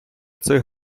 цих